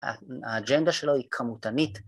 ‫האג'נדה שלו היא כמותנית.